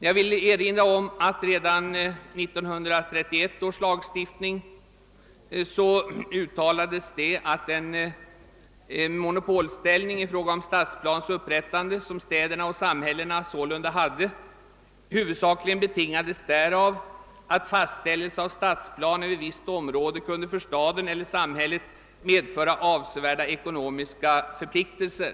Jag vill erinra om att det redan vid tillkomsten av 1931 års lagstiftning uttalades, att den monopolställning i fråga om stadsplans upprättande, som städerna och samhällena hade, huvudsakligen betingades därav, att fastställelse av stadsplan över visst område kunde för staden eller samhället medföra avsevärda ekonomiska förpliktelser.